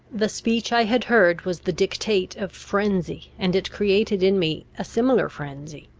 the speech i had heard was the dictate of frenzy, and it created in me a similar frenzy.